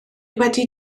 wedi